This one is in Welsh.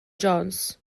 jones